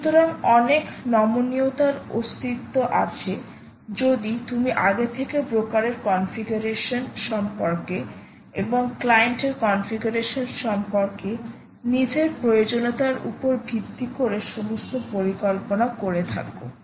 সুতরাং অনেক নমনীয়তার অস্তিত্ব আছে যদি তুমি আগে থেকে ব্রোকারের কনফিগারেশন সম্পর্কে এবং ক্লায়েন্ট এর কনফিগারেশন সম্পর্কে নিজের প্রয়োজনীয়তার উপর ভিত্তি করে সমস্ত পরিকল্পনা করে থাকো